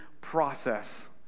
process